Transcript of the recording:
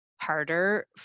harder